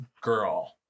girl